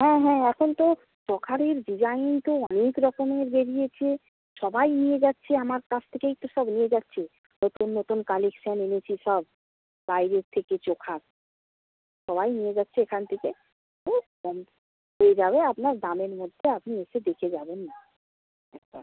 হ্যাঁ হ্যাঁ এখন তো চোকারের ডিজাইন তো অনেক রকমের বেরিয়েছে সবাই নিয়ে যাচ্ছে আমার কাছ থেকেই তো সব নিয়ে যাচ্ছে নতুন নতুন কালেকশান এনেছি সব বাইরের থেকে চোকার সবাই নিয়ে যাচ্ছে এখান থেকে হয়ে যাবে আপনার দামের মধ্যে আপনি এসে দেখে যাবেন না একবার